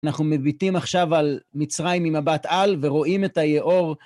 אנחנו מביטים עכשיו על מצרים ממבט על ורואים את היעור.